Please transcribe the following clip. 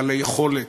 בעלי יכולת,